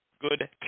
good